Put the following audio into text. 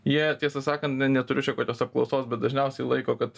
jie tiesą sakant neturiu čia kokios apklausos bet dažniausiai laiko kad